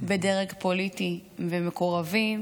בדרג פוליטי ומקורבים,